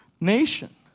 nation